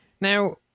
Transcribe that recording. now